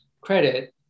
credit